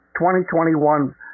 2021